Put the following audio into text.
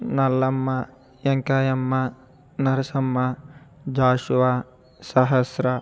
Nallamma Venkayamma Narasamma Jashuva Sahasra